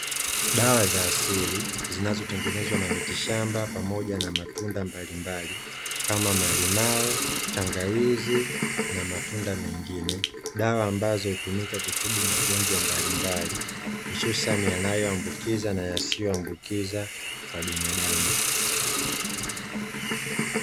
Dawa za asili zinazotengenezwa na miti shamba pamoja na matunda mbalimbali kama malimao, tangawizi na matunda mengine dawa ambazo hutumika kutibu magonjwa mbalimbali, hususani yanayoambukiza na yasiyo ambukiza binadamu.